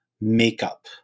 makeup